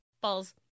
Balls